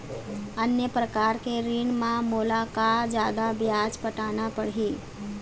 अन्य प्रकार के ऋण म मोला का जादा ब्याज पटाना पड़ही?